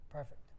Perfect